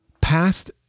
past